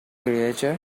creature